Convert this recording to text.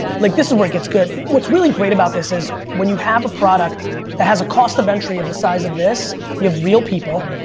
like this is where it gets good, what's really great about this is, when you have a product that has a cost of entry the size of this, you have real people,